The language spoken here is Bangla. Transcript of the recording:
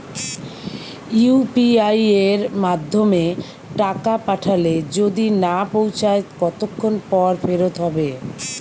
ইউ.পি.আই য়ের মাধ্যমে টাকা পাঠালে যদি না পৌছায় কতক্ষন পর ফেরত হবে?